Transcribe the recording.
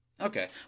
Okay